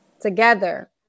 together